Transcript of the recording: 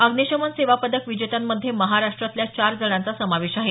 अग्निशमन सेवा पदक विजेत्यांमध्ये महाराष्ट्रातल्या चार जणांचा समावेश आहे